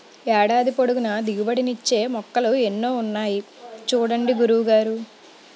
ఏడాది పొడుగునా దిగుబడి నిచ్చే మొక్కలు ఎన్నో ఉన్నాయి చూడండి గురువు గారు